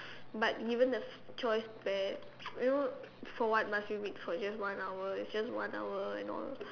but even the choice where you know for what must we wait for it's just one hour you know